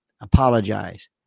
apologize